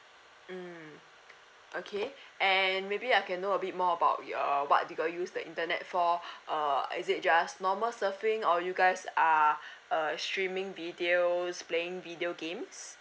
mm okay and maybe I can know a bit more about you uh what you guys use the internet for uh is it just normal surfing or you guys are uh streaming videos playing video games